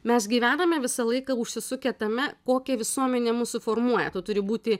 mes gyvename visą laiką užsisukę tame kokią visuomenė mus suformuoja tu turi būti